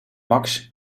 max